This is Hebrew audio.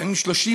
לפעמים 30,